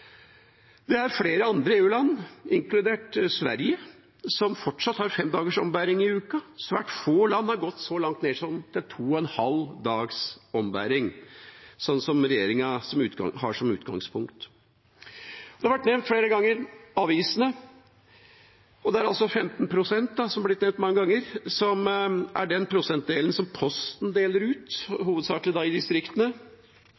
Det er flere andre EU-land, inkludert Sverige, som fortsatt har fem dagers ombæring i uka. Svært få land har gått så langt ned som til to og en halv dags ombæring, som regjeringa har som utgangspunkt. Avisene har blitt nevnt flere ganger. Den delen Posten deler ut, er på 15 pst., som har blitt nevnt mange ganger,